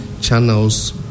channels